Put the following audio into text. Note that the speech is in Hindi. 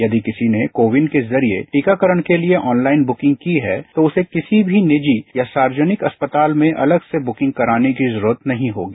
यदि किसी ने को विन के जरिए टीकाकरण के लिए ऑनलाइन ब्रुकिंग की है तो उसे किसी भी निजी या सार्वजनिक अस्पताल में अलग से बुकिंग कराने की जरूरत नहीं होगी